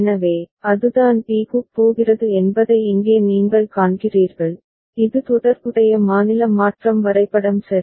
எனவே அதுதான் b க்குப் போகிறது என்பதை இங்கே நீங்கள் காண்கிறீர்கள் இது தொடர்புடைய மாநில மாற்றம் வரைபடம் சரி